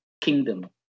kingdom